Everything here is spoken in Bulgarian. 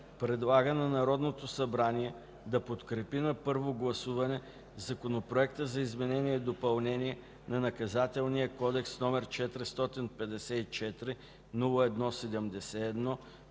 предлага на Народното събрание да подкрепи на първо гласуване Законопроект за изменение и допълнение на Наказателния кодекс, № 454-01-71,